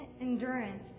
endurance